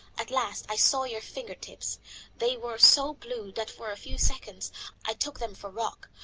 at last i saw your finger tips they were so blue that for a few seconds i took them for rock,